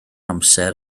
amser